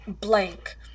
blank